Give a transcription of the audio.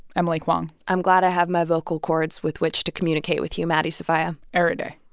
emily kwong i'm glad i have my vocal cords with which to communicate with you, maddie sofia every day.